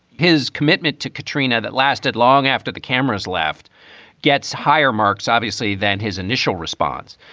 his commitment to katrina that lasted long after the cameras left gets higher marks, obviously, than his initial response.